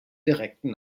direkten